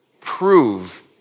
prove